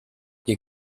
ihr